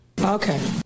Okay